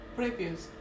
previous